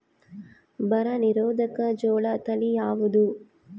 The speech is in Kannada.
ಬರ ನಿರೋಧಕ ಜೋಳ ತಳಿ ಯಾವುದು?